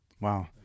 Wow